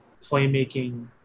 playmaking